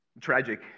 Tragic